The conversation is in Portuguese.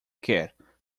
quer